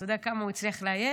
אתה יודע כמה הוא הצליח לאייש?